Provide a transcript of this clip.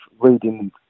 reading